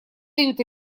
дают